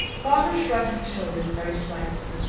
barbara shrugged her shoulders very slightly.